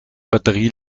batterie